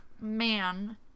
man